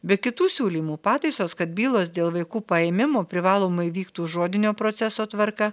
be kitų siūlymų pataisos kad bylos dėl vaikų paėmimo privalomai vyktų žodinio proceso tvarka